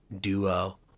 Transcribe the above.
duo